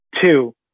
Two